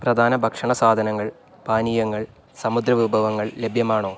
പ്രധാന ഭക്ഷണ സാധനങ്ങൾ പാനീയങ്ങൾ സമുദ്ര വിഭവങ്ങൾ ലഭ്യമാണോ